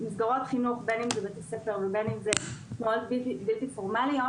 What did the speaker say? מסגרות חינוך בית ספר או תנועות בלתי פורמליות